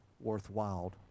worthwhile